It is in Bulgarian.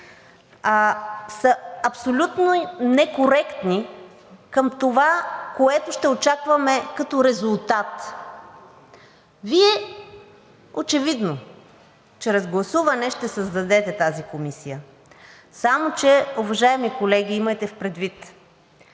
са абсолютно некоректни към това, което ще очакваме като резултат. Вие очевидно чрез гласуване ще създадете тази комисия. Само че, уважаеми колеги, имайте предвид,